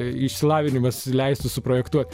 išsilavinimas leistų suprojektuoti